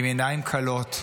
בעיניים כלות,